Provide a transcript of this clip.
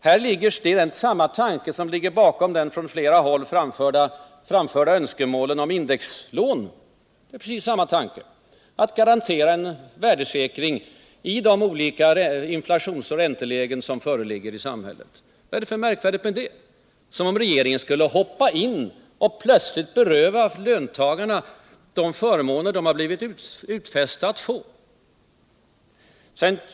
Precis samma tanke ligger bakom det från flera håll framförda önskemålet om indexlån, nämligen att garantera en värdesäkring i de olika inflations och räntelägen som föreligger i samhället. Vad är det för märkvärdigt med det? Det innebär inte att regeringen plötsligt hoppar in och berövar löntagarna de förmåner som de har blivit lovade att få.